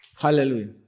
Hallelujah